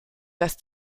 lässt